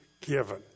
given